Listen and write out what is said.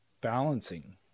balancing